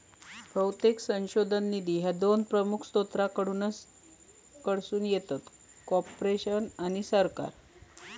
बहुतेक संशोधन निधी ह्या दोन प्रमुख स्त्रोतांकडसून येतत, कॉर्पोरेशन आणि सरकार